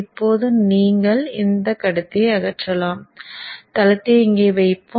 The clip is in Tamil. இப்போது நீங்கள் இந்தக் கடத்தியை அகற்றலாம் தளத்தை இங்கே வைப்போம்